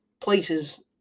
places